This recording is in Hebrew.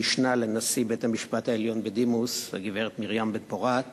המשנה לנשיא בית-המשפט העליון בדימוס הגברת מרים בן-פורת